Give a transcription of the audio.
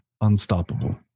unstoppable